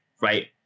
right